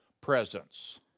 presence